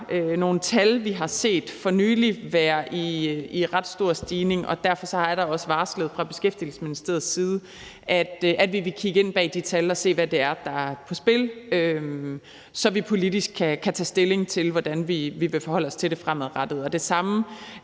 nogle tal, vi har set for nylig være i ret stor stigning, og derfor er det også fra Beskæftigelsesministeriets side varslet, at vi vil kigge ind bag de tal og se, hvad det er, der er på spil, så vi politisk kan stilling til, hvordan vi vil forholde os til det fremadrettet.